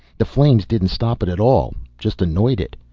the flames didn't stop it at all, just annoyed it.